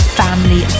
family